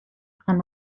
han